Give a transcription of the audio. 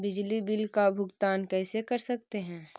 बिजली बिल का भुगतान कैसे कर सकते है?